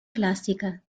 clásica